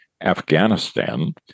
Afghanistan